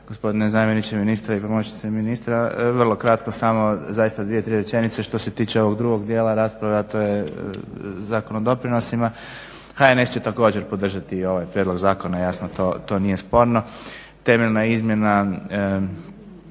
HNS će također podržati ovaj prijedlog zakona, jasno to nije sporno. Temeljna izmjena